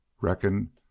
reckon